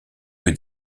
que